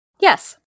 Yes